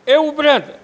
એ ઉપરાંત